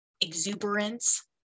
exuberance